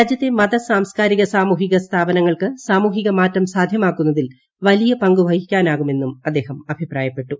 രാജ്യത്തെ മത സാംസ്കാരിക സാമൂഹിക സ്ഥാപനങ്ങൾക്ക് സാമൂഹിക മാറ്റം സാധ്യമാക്കുന്നതിൽ വലിയ പങ്കുവഹിക്കാനാകുമെന്നും അദ്ദേഹം അഭിപ്രായപ്പെട്ടു